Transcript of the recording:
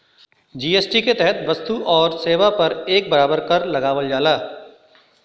GST के तहत वस्तु आउर सेवा पे एक बराबर कर लगावल जाला